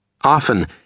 Often